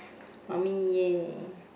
mummy ya